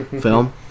film